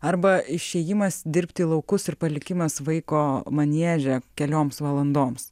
arba išėjimas dirbti į laukus ir palikimas vaiko manieže kelioms valandoms